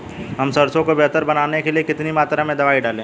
हम सरसों को बेहतर बनाने के लिए कितनी मात्रा में दवाई डालें?